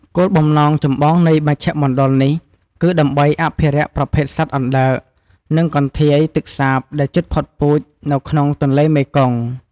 គោលបំណងចម្បងនៃមជ្ឈមណ្ឌលនេះគឺដើម្បី អភិរក្សប្រភេទសត្វអណ្ដើក និងកន្ធាយទឹកសាបដែលជិតផុតពូជ នៅក្នុងទន្លេមេគង្គ ។